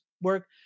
work